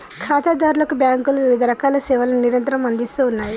ఖాతాదారులకు బ్యాంకులు వివిధరకాల సేవలను నిరంతరం అందిస్తూ ఉన్నాయి